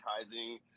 advertising